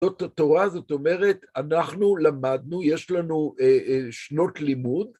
‫זאת התורה, זאת אומרת, ‫אנחנו למדנו, יש לנו שנות לימוד.